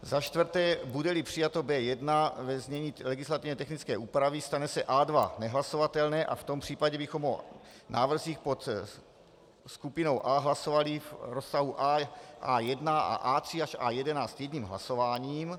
Za čtvrté budeli přijato B1 ve znění legislativně technické úpravy, stane se A2 nehlasovatelné a v tom případě bychom o návrzích pod skupinou A hlasovali v rozsahu A1 a A3 až A11 jedním hlasováním.